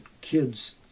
kids